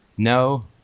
no